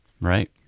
right